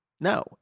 no